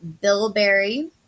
Bilberry